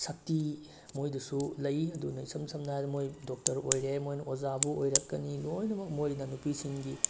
ꯁꯛꯇꯤ ꯃꯣꯏꯗꯁꯨ ꯂꯩ ꯑꯗꯨꯅ ꯏꯁꯝ ꯁꯝꯅ ꯍꯥꯏ ꯃꯣꯏ ꯗꯣꯛꯇ꯭ꯔ ꯑꯣꯏꯔꯦ ꯃꯣꯏꯅ ꯑꯣꯖꯥꯕꯨ ꯑꯣꯏꯔꯛꯀꯅꯤ ꯂꯣꯏꯅꯃꯛ ꯃꯣꯏꯅ ꯅꯨꯄꯤꯁꯤꯡꯒꯤ